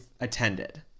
attended